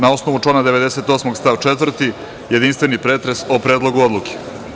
Na osnovu člana 98. stav 4. zaključujem jedinstveni pretres o Predlogu odluke.